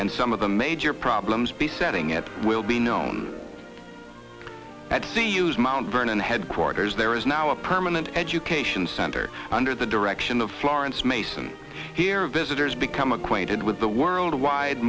and some of the major problems besetting it will be known at the use mt vernon headquarters there is now a permanent education center under the direction of florence mason here visitors become acquainted with the worldwide